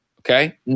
okay